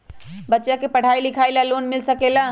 बच्चा के पढ़ाई लिखाई ला भी लोन मिल सकेला?